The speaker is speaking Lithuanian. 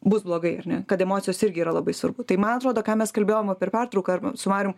bus blogai ar ne kad emocijos irgi yra labai svarbu tai man atrodo ką mes kalbėjom va per pertrauką ar nu su marium